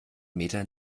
meter